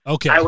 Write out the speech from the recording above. Okay